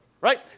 Right